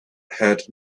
had